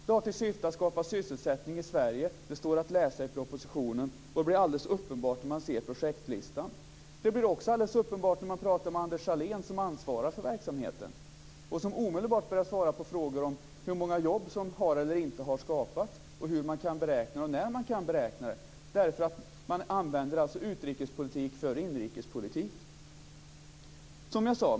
Den har till syfte att skapa sysselsättning i Sverige. Det står att läsa i propositionen, och det blir alldeles uppenbart när man ser projektlistan. Det blir också alldeles uppenbart när man talar med Anders Ahlén, som ansvarar för verksamheten, och som omedelbart börjar svara på frågor om hur många jobb som har eller inte har skapats och hur och när man kan beräkna dem. Man använder alltså utrikespolitik för inrikespolitik.